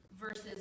versus